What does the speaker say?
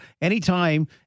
Anytime